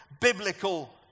biblical